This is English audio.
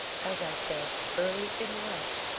as i said, early in life.